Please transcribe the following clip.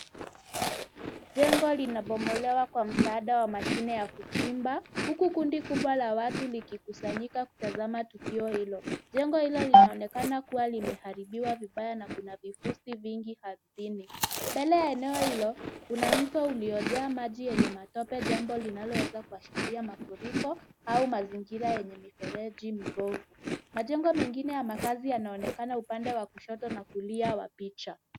Jengo linabomolewa kwa msaada wa mashine ya kuchimba huku kundi kubwa la watu likikusanyika kutazama tukio hilo. Jengo hilo linaonekana kuwa limeharibiwa vibaya na kuna vifusi vingi ardhini. Mbele ya eneo hilo, kuna mto uliojaa maji yenye matope jambo linaloweza kuashiria mafuriko au mazingira yenye mifereji mibovu. Majengo mengine ya makazi yanaonekana upande wa kushoto na kulia wa picha.